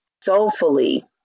soulfully